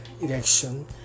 election